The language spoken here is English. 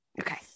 Okay